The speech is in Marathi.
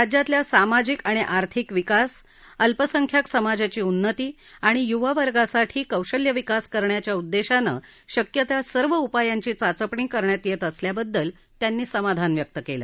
राज्यातल्या सामाजिक आणि आर्थिक विकास अल्पसंख्याक समाजाची उन्नती आणि युवावर्गासाठी कौशल्य विकास करण्याच्या उद्देशानं शक्य त्या सर्व उपायांची चाचपणी करण्यात येत असल्याबद्दल त्यांनी समाधान व्यक्त केलं